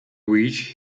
which